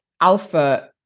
alpha